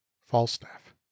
falstaff